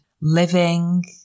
living